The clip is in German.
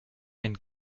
ein